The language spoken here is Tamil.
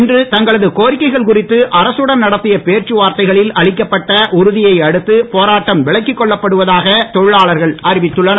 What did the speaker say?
இன்று தங்களது கோரிக்கைகள் குறித்து அரசுடன் நடத்திய பேச்சுவார்த்தைகளில் அளிக்கப்பட்ட உறுதியை அடுத்து போராட்டம் விலக்கிக் கொள்ளப்படுவதாக தொழிலாளர்கள் அறிவித்துள்ளனர்